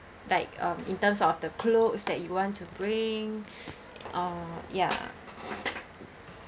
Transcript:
like um in terms of the clothes that you want to bring or yeah